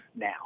now